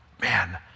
man